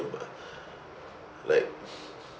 like